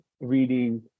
reading